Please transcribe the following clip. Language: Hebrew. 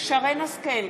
שרן השכל,